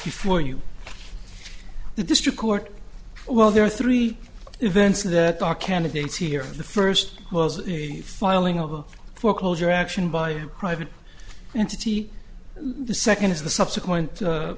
before you the district court well there are three events that are candidates here the first was the filing of a foreclosure action by a private entity the second